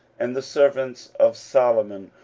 and the servants of solomon,